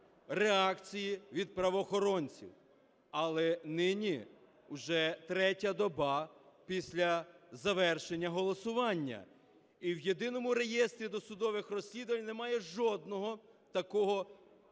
реакції від правоохоронців. Але нині вже третя доба після завершення голосування – і в Єдиному реєстрі досудових розслідувань немає жодного такого